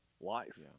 life